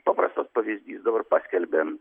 paprastas pavyzdys dabar paskelbėm